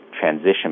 transition